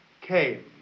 came